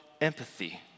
empathy